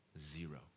zero